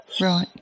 Right